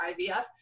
ivf